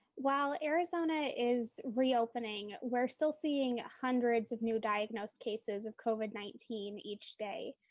while arizona is reopening, we're still seeing hundreds of new diagnosed cases of covid nineteen each day.